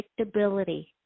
predictability